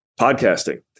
podcasting